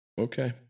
Okay